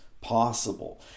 possible